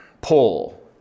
pull